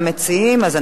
אז אנחנו מאשרים זאת.